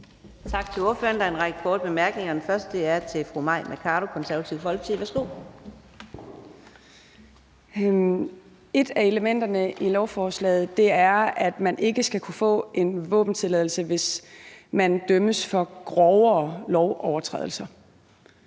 Tak til ordføreren. Der er en række korte bemærkninger. Den første er til fru Mai Mercado, Det Konservative Folkeparti. Værsgo. Kl. 14:04 Mai Mercado (KF): Et af elementerne i lovforslaget er, at man ikke skal kunne få en våbentilladelse, hvis man dømmes for grovere lovovertrædelser,